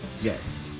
yes